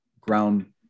ground